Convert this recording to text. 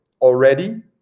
already